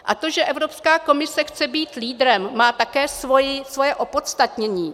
A to, že Evropská komise chce být lídrem, má také svoje opodstatnění.